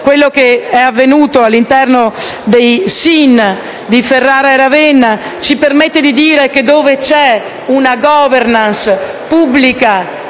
quello che è avvenuto all'interno dei SIN di Ferrara e Ravenna ci permette di dire che, dove c'è una *governance* pubblica